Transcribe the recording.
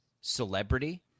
celebrity